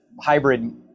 hybrid